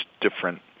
different